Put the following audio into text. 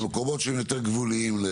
במקומות שהם יותר גבוליים.